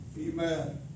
Amen